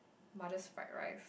mother's fried rice